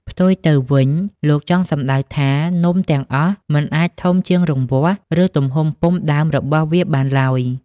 ផ្ទុយទៅវិញ លោកចង់សំដៅថា នំទាំងអស់មិនអាចធំជាងរង្វាស់ ឬទំហំពុម្ពដើមរបស់វាបានឡើយ។